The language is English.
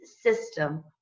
system